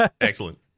Excellent